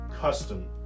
custom